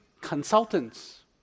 consultants